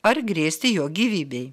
ar grėsti jo gyvybei